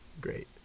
great